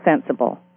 sensible